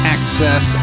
Access